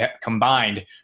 combined